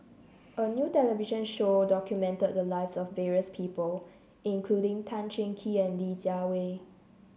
a new television show documented the lives of various people including Tan Cheng Kee and Li Jiawei